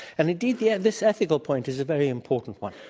and indeed yeah this ethical point is a very important one.